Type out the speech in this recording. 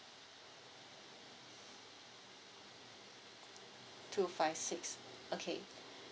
two five six okay